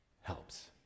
helps